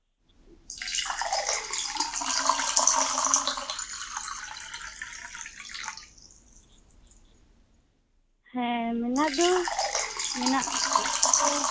ᱦᱮᱸ ᱢᱮᱱᱟᱜ ᱫᱚ ᱢᱮᱱᱟᱜ ᱟᱠᱟᱫᱼᱟ ᱛᱚ